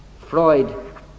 Freud